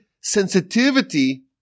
sensitivity